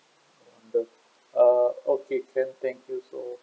the uh okay can thank you so